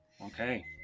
okay